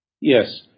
Yes